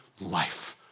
life